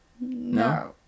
No